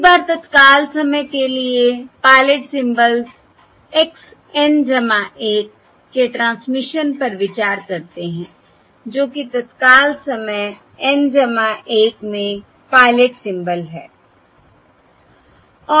अगली बार तत्काल समय के लिए पायलट सिंबल्स x N 1 के ट्रांसमिशन पर विचार करते हैं जो कि तत्काल समय N 1 में पायलट सिंबल है